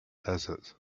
desert